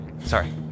sorry